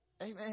Amen